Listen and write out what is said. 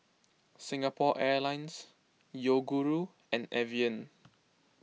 Singapore Airlines Yoguru and Evian